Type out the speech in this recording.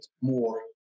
more